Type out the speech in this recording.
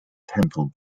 temple